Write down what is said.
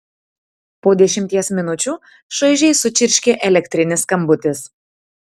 po dešimties minučių šaižiai sučirškė elektrinis skambutis